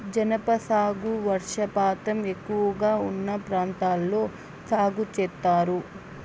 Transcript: జనప సాగు వర్షపాతం ఎక్కువగా ఉన్న ప్రాంతాల్లో సాగు చేత్తారు